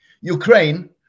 Ukraine